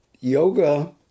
Yoga